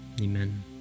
Amen